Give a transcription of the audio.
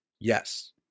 Yes